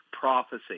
prophecy